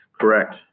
Correct